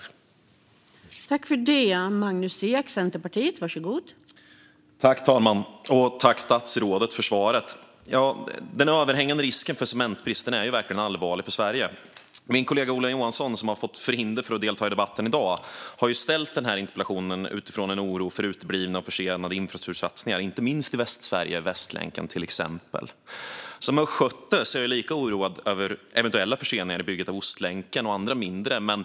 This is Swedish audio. Då Ola Johansson, som framställt interpellationen, anmält att han var förhindrad att närvara vid sammanträdet medgav andre vice talmannen att Magnus Ek i stället fick delta i debatten.